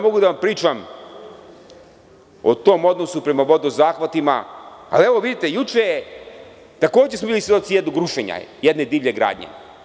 Mogu da vam pričam o tom odnosu prema vodozhvatima, ali vidite, juče smo takođe bili svedoci rušenja jedne divlje gradnje.